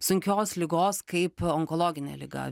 sunkios ligos kaip onkologinė liga